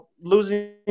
losing